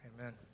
Amen